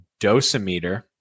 dosimeter